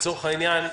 לצורך העניין,